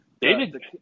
David